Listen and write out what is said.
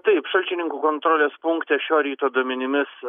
taip šalčininkų kontrolės punkte šio ryto duomenimis